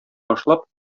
башлап